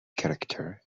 character